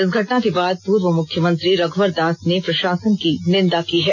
इस घटना के बाद पूर्व मुख्यमंत्री रघुवर दास ने प्रषासन की निर्दा की है